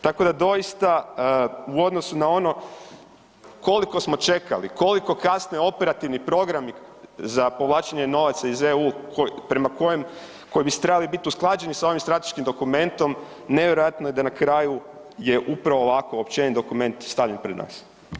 Tako da doista u odnosu na ono koliko smo čekali, koliko kasne operativni programi za povlačenje novaca iz EU, prema kojem, koji bi trebali biti usklađeni s ovim strateškim dokumentom nevjerojatno je da na kraju je upravo ovako općenit dokument stavljen pred nas.